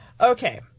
Okay